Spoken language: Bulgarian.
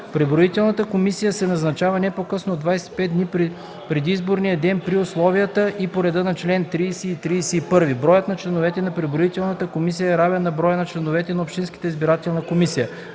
Преброителната комисия се назначава не по-късно от 25 дни преди изборния ден при условията и по реда на чл. 30 и 31. Броят на членовете на преброителната комисия е равен на броя на членовете на общинската избирателна комисия.